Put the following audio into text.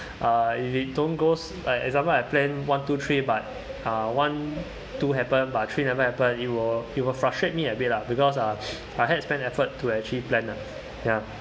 uh it don't goes like example I plan one two three but uh one two happen but three never happen it will it will frustrate me a bit lah because uh I had to spend effort to actually plan lah ya